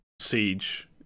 Siege